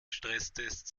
stresstests